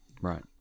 right